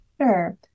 Sure